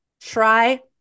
Try